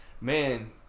man